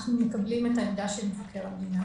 אנחנו מקבלים את העמדה של מבקר המדינה.